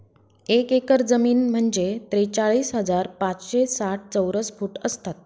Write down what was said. एक एकर जमीन म्हणजे त्रेचाळीस हजार पाचशे साठ चौरस फूट असतात